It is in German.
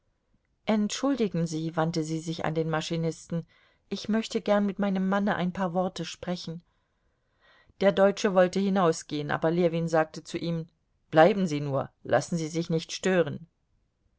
entschuldigen sie wandte sie sich an den maschinisten ich möchte gern mit meinem manne ein paar worte sprechen der deutsche wollte hinausgehen aber ljewin sagte zu ihm bleiben sie nur lassen sie sich nicht stören